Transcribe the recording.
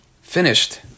finished